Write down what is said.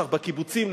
בקיבוצים,